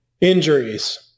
Injuries